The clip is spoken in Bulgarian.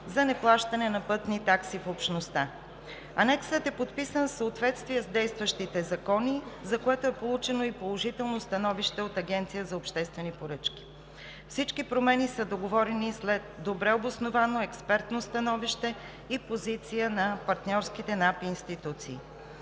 за неплащане на пътни такси в общността. Анексът е подписан в съответствие с действащите закони, за което е получено и положително становище от Агенцията за обществени поръчки. Всички промени са договорени след добре обосновано експертно становище и позиция на партньорските институции.